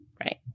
right